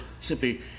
simply